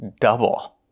double